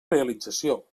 realització